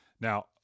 Now